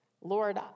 Lord